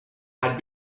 had